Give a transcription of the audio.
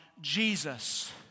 Jesus